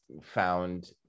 found